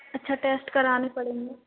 अच्छा टेस्ट कराने पड़ेंगे